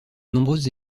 nombreuses